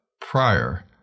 prior